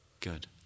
good